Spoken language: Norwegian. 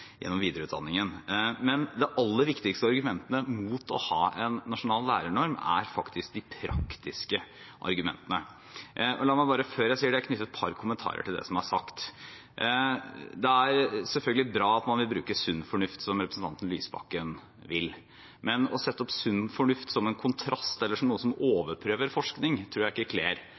gjennom videreutdanningen. Men de aller viktigste argumentene imot å ha en nasjonal lærernorm er faktisk de praktiske argumentene. La meg, før jeg sier noe om det, knytte et par kommentarer til det som er sagt. Det er selvfølgelig bra at man vil bruke sunn fornuft, som representanten Lysbakken vil. Men å omtale sunn fornuft som en kontrast eller som noe som overprøver forskning, tror jeg ikke